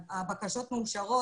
הבקשות מאושרות.